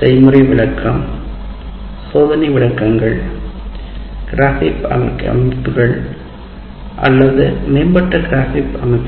செய்முறை விளக்கம் சோதனை விளக்கங்கள் கிராஃபிக் அமைப்பாளர்கள் அல்லது மேம்பட்ட கிராஃபிக் அமைப்பாளர்கள்